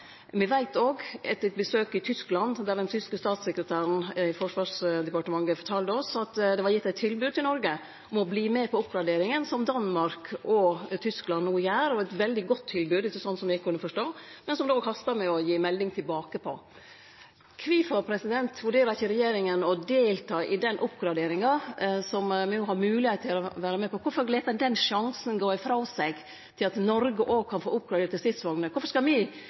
Me veit òg etter eit besøk i Tyskland, etter det statssekretæren i det tyske forsvarsdepartementet fortalde oss, at det er gitt eit tilbod til Noreg om å verte med på oppgraderinga som Danmark og Tyskland no gjer. Det var eit veldig godt tilbod, slik eg forstod det, som det no hastar med å gi melding tilbake på. Kvifor vurderer ikkje regjeringa å delta i den oppgraderinga, som me no har mogelegheit til å vere med på? Kvifor lèt han sjansen gå ifrå seg til at Noreg òg kan få oppgraderte stridsvogner? Kvifor skal me,